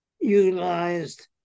utilized